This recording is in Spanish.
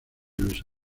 luis